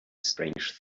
strange